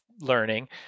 learning